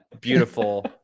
beautiful